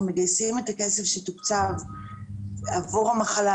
מגייסים את הכסף שתוקצב עבור המחלה,